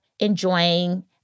enjoying